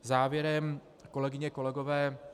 Závěrem, kolegyně, kolegové.